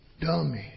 Dummy